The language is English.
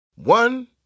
One